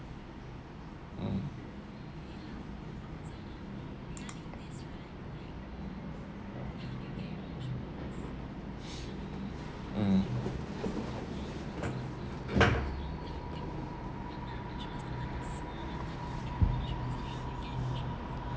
mm mm